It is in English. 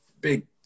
big